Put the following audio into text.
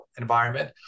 environment